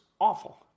awful